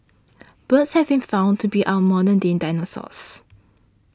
birds have been found to be our modern day dinosaurs